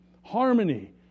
harmony